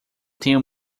tenho